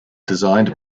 designed